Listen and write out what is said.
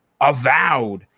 Avowed